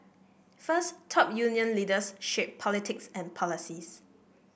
first top union leaders shape politics and policies